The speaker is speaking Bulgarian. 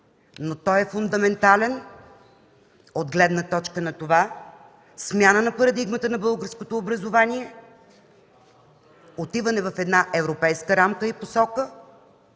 но той е фундаментален от гледна точка на смяна на парадигмата на българското образование, отиване в европейска рамка и посока,